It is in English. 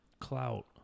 Clout